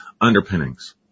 underpinnings